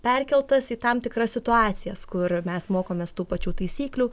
perkeltas į tam tikras situacijas kur mes mokomės tų pačių taisyklių